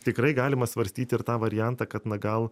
tikrai galima svarstyti ir tą variantą kad na gal